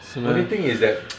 only thing is that